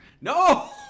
No